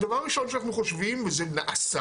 הדבר הראשון שאנחנו חושבים זה נעשה,